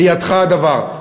בידך הדבר.